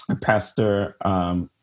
pastor